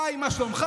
היי, מה שלומך?